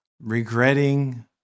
regretting